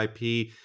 IP